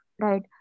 right